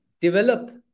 develop